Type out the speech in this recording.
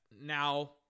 now